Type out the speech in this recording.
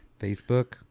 facebook